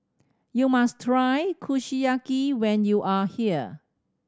you must try Kushiyaki when you are here